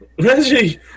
Reggie